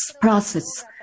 process